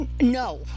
no